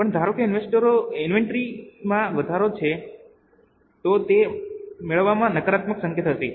પણ ધારો કે ઇન્વેન્ટરીમાં વધારો થાય તો તે મેળવવામાં નકારાત્મક સંકેત હશે